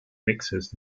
mixes